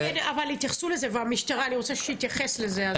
--- התייחסו לזה ואני רוצה שהמשטרה תתייחס לזה.